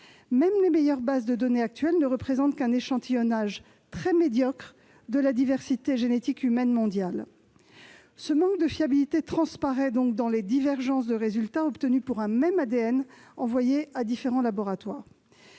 Même les meilleures bases de données actuelles ne représentent qu'un échantillonnage très médiocre de la diversité génétique humaine mondiale. Ce manque de fiabilité transparaît dans les divergences de résultats obtenus pour un même ADN qui est envoyé à différents laboratoires.